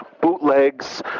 bootlegs